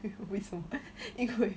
为什么 因为